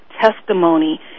testimony